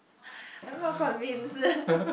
I'm not convinced